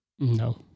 No